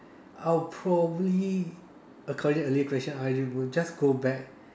I'll probably according to earlier question I would just go back